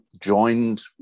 joined